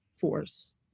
force